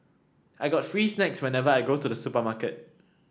I get free snacks whenever I go to the supermarket